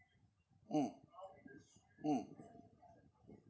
hmm mm